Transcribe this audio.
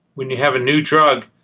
when you have a new drug,